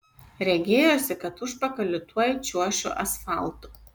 regėjosi kad užpakaliu tuoj čiuošiu asfaltu